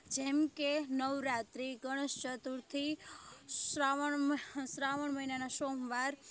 જેમકે નવરાત્રિ ગણેશચતુર્થી શ્રાવણ મહિનાના સોમવાર